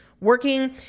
working